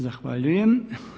Zahvaljujem.